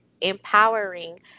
empowering